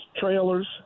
trailers